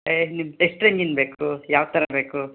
ಏ ನಿಮ್ಗೆ ಎಷ್ಟು ರೇಜಿಂದು ಬೇಕು ಯಾವ ಥರ ಬೇಕು